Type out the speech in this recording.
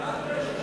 קבוצת סיעת יהדות